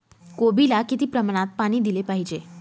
कोबीला किती प्रमाणात पाणी दिले पाहिजे?